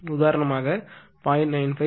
உதாரணமாக 0